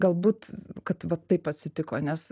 galbūt kad vat taip atsitiko nes